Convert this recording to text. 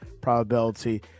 probability